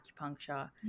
acupuncture